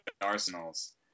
Arsenal's –